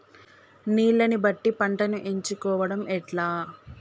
నీళ్లని బట్టి పంటను ఎంచుకోవడం ఎట్లా?